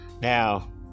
Now